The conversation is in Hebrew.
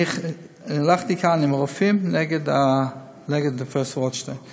אני הלכתי כאן עם הרופאים, נגד פרופסור רוטשטיין.